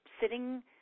sitting